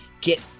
get